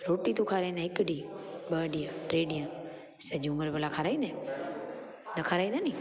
रोटी तूं खाराईंदे हिकु ॾींहुं ॿ ॾींहं टे ॾींहं सॼी उमिरि भला खाराईंदे न खाराईंदे नी